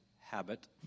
habit